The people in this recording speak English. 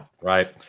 Right